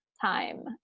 time